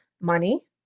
money